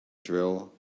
drill